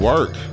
Work